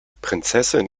prinzessin